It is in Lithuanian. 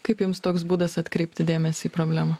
kaip jums toks būdas atkreipti dėmesį į problemą